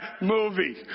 movie